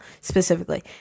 specifically